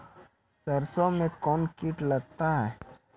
सरसों मे कौन कीट लगता हैं?